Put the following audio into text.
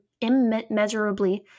immeasurably